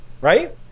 right